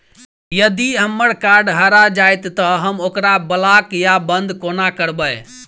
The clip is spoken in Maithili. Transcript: यदि हम्मर कार्ड हरा जाइत तऽ हम ओकरा ब्लॉक वा बंद कोना करेबै?